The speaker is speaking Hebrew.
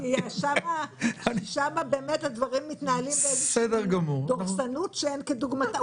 כי שם באמת הדברים מתנהלים בדורסנות שאין כדוגמתה.